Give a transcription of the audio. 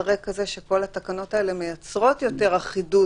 רקע זה שכל התקנות האלה מייצרות יותר אחידות,